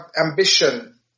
ambition